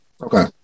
Okay